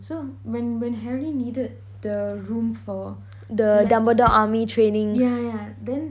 so when when harry needed the room for the lesson yeah yeah then